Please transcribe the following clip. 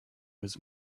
was